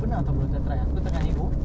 tak rasa english ah serious